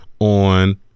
on